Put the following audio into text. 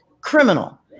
criminal